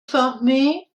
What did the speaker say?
formé